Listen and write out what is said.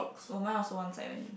oh mine also one side only